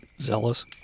zealous